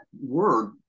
word